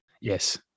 Yes